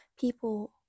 people